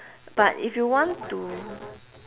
but if you want to